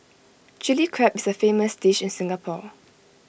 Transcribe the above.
Chilli Crab is A famous dish in Singapore